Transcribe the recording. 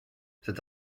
cet